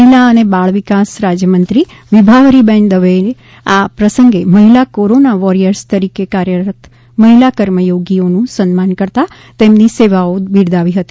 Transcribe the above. મહિલા અને બાળ વિકાસ રાજ્યમંત્રી વિભાવરીબેન દવેએ આ પ્રસંગે મહિલા કોરોના વોરિયર્સ તરીકે કાર્યરત મહિલા કર્મયોગીઓનું સન્માન કરતાં તેમની સેવાઓ બિરદાવી હતી